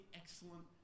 excellent